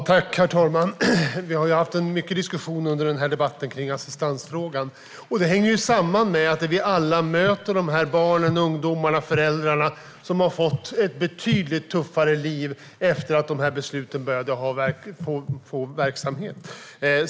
Herr talman! Vi har haft mycket diskussion i denna debatt om assistansfrågan. Det hänger samman med att vi alla möter dessa barn, ungdomar och föräldrar som har fått ett betydligt tuffare liv efter att dessa beslut började få effekt på verksamheten.